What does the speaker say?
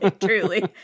truly